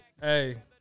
Hey